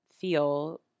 feel